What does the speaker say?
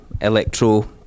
electro